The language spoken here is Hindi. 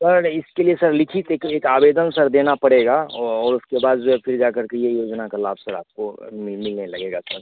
सर इसके लिए सर लिखित एक एक आवेदन सर देना पड़ेगा और और उसके बाद जो है फिर जाकर यह योजना का लाभ सर आपको मिलने लगेगा सर